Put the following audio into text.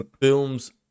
films